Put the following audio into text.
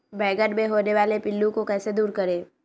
बैंगन मे होने वाले पिल्लू को कैसे दूर करें?